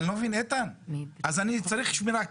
כן צריך שמירה,